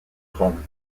rome